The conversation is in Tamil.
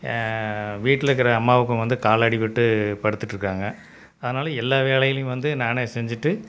வீட்டில் இருக்கிற அம்மாவுக்கும் வந்து கால் அடிப்பட்டு படுத்துட்யிருக்காங்க அதனால் எல்லா வேலைகளையும் வந்து நானே செஞ்சிகிட்டு